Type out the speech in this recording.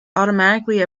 automatically